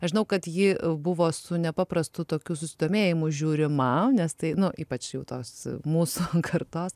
aš žinau kad ji buvo su nepaprastu tokiu susidomėjimu žiūrima nes tai nu ypač jau tos mūsų kartos